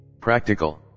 practical